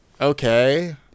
okay